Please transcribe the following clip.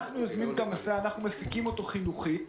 אנחנו יוזמים את המסע, אנחנו מפיקים אותו חינוכית.